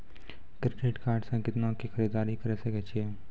Credit card से कितना के खरीददारी करे सकय छियै?